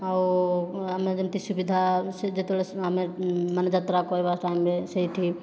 ଆଉ ଆମେ ଯେମିତି ସୁବିଧା ଯେତେବେଳେ ଆମେମାନେ ଯାତ୍ରା କରିବାକୁ ଚାହିଁବେ ସେଠି